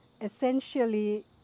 essentially